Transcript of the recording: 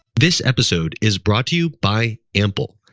this episode is brought to you by ample.